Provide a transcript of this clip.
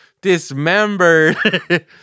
dismembered